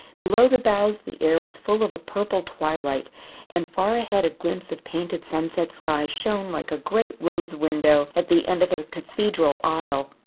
below the boughs the air was full of a purple twilight and far ahead a glimpse of painted sunset sky shone like a great rose window at the end of a cathedral aisle.